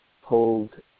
hold